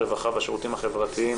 הרווחה והשירותים החברתיים,